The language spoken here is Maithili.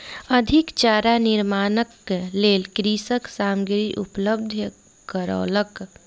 अधिक चारा निर्माणक लेल कृषक सामग्री उपलब्ध करौलक